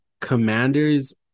commanders